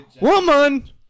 Woman